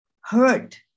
hurt